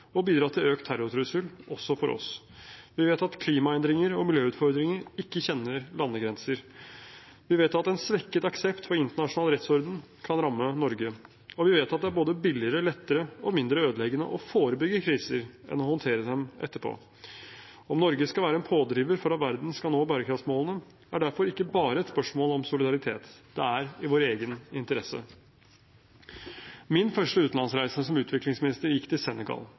og bidra til økt terrortrussel, også for oss. Vi vet at klimaendringer og miljøutfordringer ikke kjenner landegrenser. Vi vet at en svekket aksept for internasjonal rettsorden kan ramme Norge. Og vi vet at det er både billigere, lettere og mindre ødeleggende å forebygge kriser, enn å håndtere dem etterpå. Om Norge skal være en pådriver for at verden skal nå bærekraftsmålene, er derfor ikke bare et spørsmål om solidaritet. Det er i vår egen interesse. Min første utenlandsreise som utviklingsminister gikk til Senegal.